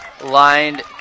lined